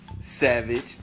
Savage